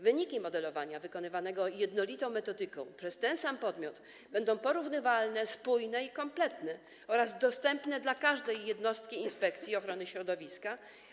Wyniki modelowania wykonywanego jednolitą metodyką, przez ten sam podmiot, będą porównywalne, spójne i kompletne oraz dostępne dla każdej jednostki Inspekcji Ochrony Środowiska.